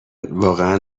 واقعا